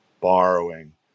borrowing